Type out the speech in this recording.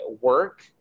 work